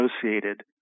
associated